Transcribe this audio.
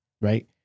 right